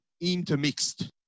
intermixed